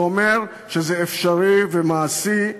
זה אומר שזה אפשרי ומעשי.